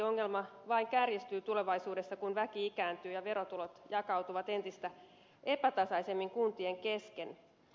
ongelma vain kärjistyy tulevaisuudessa kun väki ikääntyy ja verotulot jakautuvat entistä epätasaisemmin kuntien kesken